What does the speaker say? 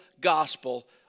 gospel